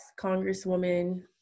congresswoman